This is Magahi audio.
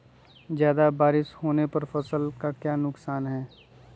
ज्यादा बारिस होने पर फसल का क्या नुकसान है?